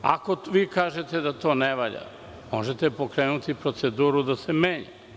Ako vi kažete da to ne valja, možete pokrenuti proceduru da se to menja.